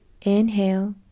inhale